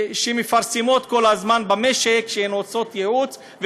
שמפרסמות כל הזמן במשק שהן עושות ייעוץ,